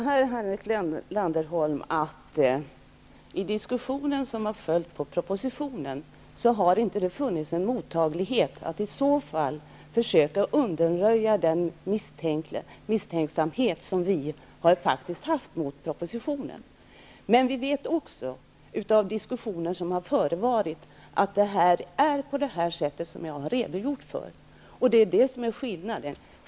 Herr talman! I den diskussion som har föranletts av propositionen har det inte funnits någon ambition att försöka undanröja den misstänksamhet mot propositionen, som vi faktiskt har haft. Av diskussioner som har förevarit vet vi också att det förhåller sig på det sätt som jag har redovisat.